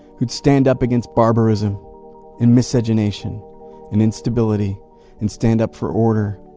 who'd stand up against barbarism and miscegenation and instability and stand up for order,